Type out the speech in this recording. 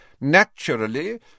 Naturally